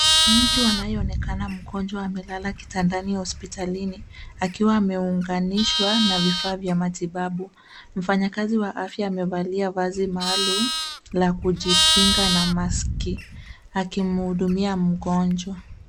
Mtu anayeonekana mgonjwa amelala kitandani hospitalini akiwa ameunganishwa na vifaa vya matibabu mfanya kazi wa afya amevalia vazi maalum la kujikinga na mask akimuhudumia mgonjwa.